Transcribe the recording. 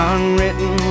Unwritten